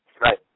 Right